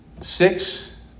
six